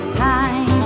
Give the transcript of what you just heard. time